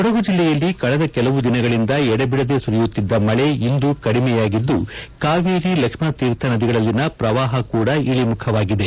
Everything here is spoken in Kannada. ಕೊಡಗು ಜಿಲ್ಲೆಯಲ್ಲಿ ಕಳೆದ ಕೆಲವು ದಿನಗಳಿಂದ ಎಡೆಬಿಡದೆ ಸುರಿಯುತ್ತಿದ್ದ ಮಳೆ ಇಂದು ಕಡಿಮೆಯಾಗಿದ್ದು ಕಾವೇರಿ ಲಕ್ಷಣತೀರ್ಥ ನದಿಗಳಲ್ಲಿನ ಪ್ರವಾಹ ಕೂಡಾ ಇಳಿಮುಖವಾಗಿದೆ